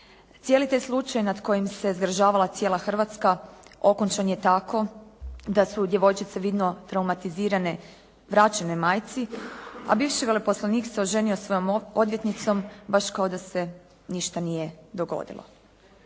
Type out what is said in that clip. Cijeli taj slučaj nad kojim se zgražavala cijela Hrvatska okončan je tako da su djevojčice vidno traumatizirane vraćene majci, a bivši veleposlanik se oženio svojom odvjetnicom baš kao da se ništa nije dogodilo.